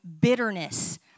bitterness